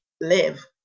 live